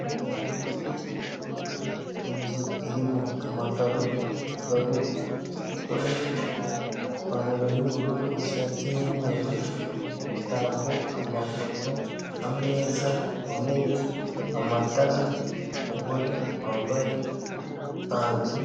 Inzu irimo amakaro, umugabo, umugore, ipantaro y'ubururu, ishati y'umweru, imitako, amafoto, ameza, intebe, amatara, umugore wambaye ikanzu.